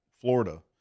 florida